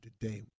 today